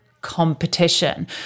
Competition